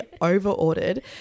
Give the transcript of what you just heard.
over-ordered